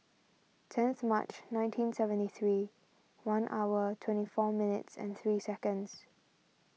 tenth March nineteen seventy three one hour twenty four minutes and three seconds